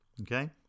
okay